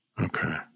Okay